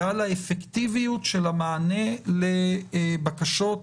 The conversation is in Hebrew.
ועל האפקטיביות של המענה לבקשות